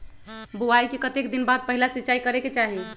बोआई के कतेक दिन बाद पहिला सिंचाई करे के चाही?